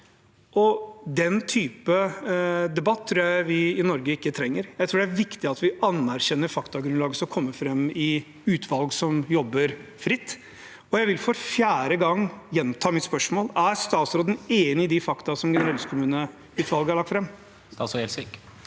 Den type debatt tror jeg vi i Norge ikke trenger. Jeg tror det er viktig at vi anerkjenner faktagrunnlag som kommer fram i utvalg som jobber fritt. Jeg vil for fjerde gang gjenta mitt spørsmål: Er statsråden enig i de fakta som generalistkommuneutvalget har lagt fram? Statsråd Sigbjørn